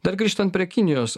dar grįžtant prie kinijos